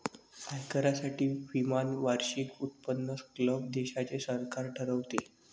आयकरासाठी किमान वार्षिक उत्पन्न स्लॅब देशाचे सरकार ठरवते